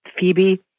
Phoebe